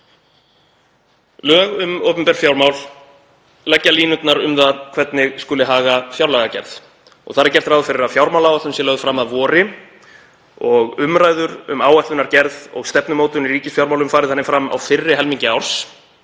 Lög um opinber fjármál leggja línurnar um það hvernig haga skuli fjárlagagerð og þar er gert ráð fyrir að fjármálaáætlun sé lögð fram að vori og umræður um áætlunargerð og stefnumótun í ríkisfjármálum fari þannig fram á fyrri helmingi árs.